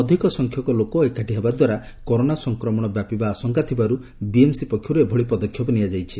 ଅଧ୍ ସଂଖ୍ୟକ ଲୋକ ଏକାଠି ହେବା ଦ୍ୱାରା କରୋନା ସଂକ୍ରମଣ ବ୍ୟାପିବା ଆଶଙ୍କା ଥିବାରୁ ବିଏମସି ପକ୍ଷରୁ ଏଭଳି ପଦକ୍ଷେପ ନିଆଯାଇଛି